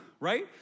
Right